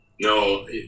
No